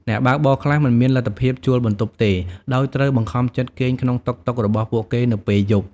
អ្នកបើកបរខ្លះមិនមានលទ្ធភាពជួលបន្ទប់ទេ ដោយត្រូវបង្ខំចិត្តគេងក្នុងតុកតុករបស់ពួកគេនៅពេលយប់។